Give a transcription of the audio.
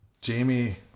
Jamie